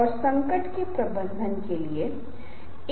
वह यह है की आपका मेरे बार में पहला प्रभाव क्या है